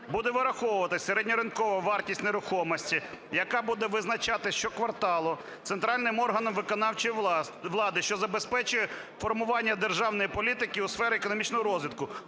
Буде вираховуватися середня ринкова вартість нерухомості, яка буде визначати щокварталу центральним органом виконавчої влади, що забезпечує формування державної політики у сфері економічного розвитку